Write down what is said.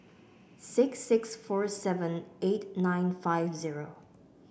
six six four seven eight nine five zero